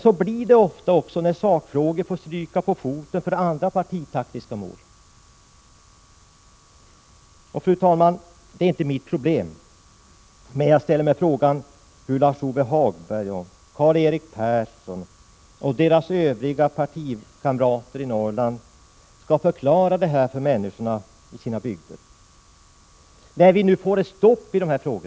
Så blir det emellertid ofta, när sakfrågor får stryka på foten för partitaktiska mål. Fru talman! Det är inte mitt problem, men jag frågar mig hur Lars-Ove Hagberg och Karl-Erik Persson och deras partikamrater i Norrland skall förklara saken för människorna där, då det nu blir ett stopp i detta avseende.